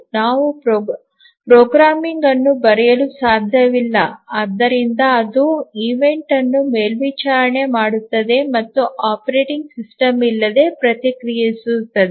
ನಾವು ಪ್ರೋಗ್ರಾಮಿಂಗ್ ಅನ್ನು ಬರೆಯಲು ಸಾಧ್ಯವಿಲ್ಲ ಆದ್ದರಿಂದ ಅದು ಈವೆಂಟ್ ಅನ್ನು ಮೇಲ್ವಿಚಾರಣೆ ಮಾಡುತ್ತದೆ ಮತ್ತು ಆಪರೇಟಿಂಗ್ ಸಿಸ್ಟಮ್ ಇಲ್ಲದೆ ಪ್ರತಿಕ್ರಿಯಿಸುತ್ತದೆ